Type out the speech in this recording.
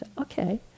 Okay